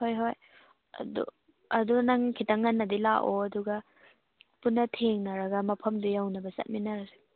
ꯍꯣꯏ ꯍꯣꯏ ꯑꯗꯨ ꯑꯗꯣ ꯅꯪ ꯈꯤꯇꯪ ꯉꯟꯅꯗꯤ ꯂꯥꯛꯑꯣ ꯑꯗꯨꯒ ꯄꯨꯟꯅ ꯊꯦꯡꯅꯔꯒ ꯃꯐꯝꯗꯨ ꯌꯧꯅꯕ ꯆꯠꯃꯤꯟꯅꯔꯁꯤ